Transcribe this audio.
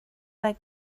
like